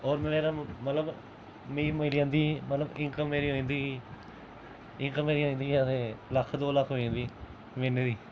होर मेरा मलब मिगी मिली जंदी ही इंकम मेरी इंकम मेरी होई जंदी ही लक्ख दौ लक्ख होई जंदी ही मेरी